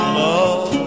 love